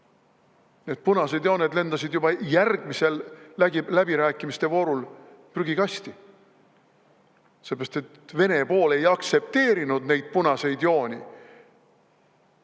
Need punased jooned lendasid juba järgmises läbirääkimiste voorus prügikasti, seepärast et Vene pool ei aktsepteerinud neid punaseid jooni.